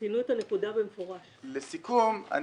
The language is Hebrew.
לסיכום,